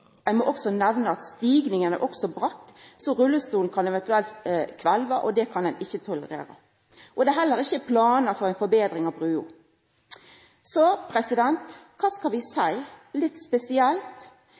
må òg nemna at stigninga er så bratt at rullestolen eventuelt kan kvelva, og det kan ein ikkje tolerera. Det er heller ikkje planar for ei forbetring av brua. Så kva skal vi